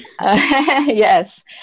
Yes